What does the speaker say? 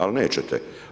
Ali nećete.